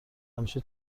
همیشه